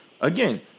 Again